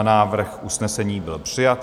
Návrh usnesení byl přijat.